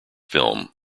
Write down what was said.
film